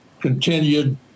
continued